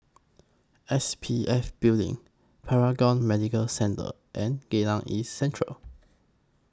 S P F Building Paragon Medical Centre and Geylang East Central